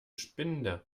spinde